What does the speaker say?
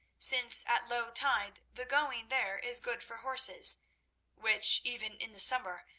since at low tide the going there is good for horses which, even in the summer,